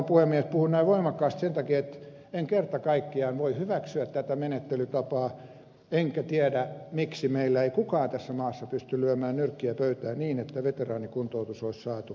puhun näin voimakkaasti sen takia että en kerta kaikkiaan voi hyväksyä tätä menettelytapaa enkä tiedä miksi meillä ei kukaan tässä maassa pysty lyömään nyrkkiä pöytään niin että veteraanikuntoutus olisi saatu oikeille raiteilleen